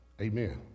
Amen